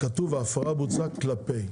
כתוב שההפרה בוצעה כלפי,